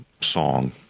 song